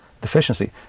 deficiency